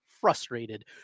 Frustrated